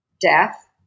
death